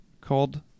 called